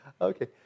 Okay